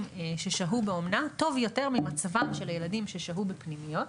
ששהו באומנה טוב יותר ממצבם של הילדים ששהו בפנימיות.